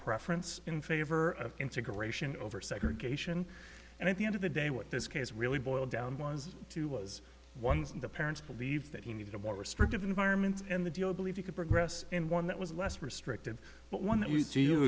preference in favor of integration over segregation and at the end of the day what this case really boiled down was to was one in the parents believed that he needed a more restrictive environment and the deal believe you could progress in one that was less restrictive but one that you do you